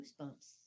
goosebumps